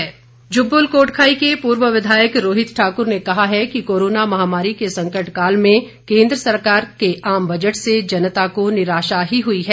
रोहित ठाकुर जुब्बल कोटखाई के पूर्व विधायक रोहित ठाक्र ने कहा है कि कोरोना महामारी के संकटकाल में केन्द्र सरकार के आम बजट से जनता को निराशा ही हुई है